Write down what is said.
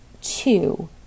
two